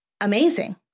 amazing